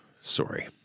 sorry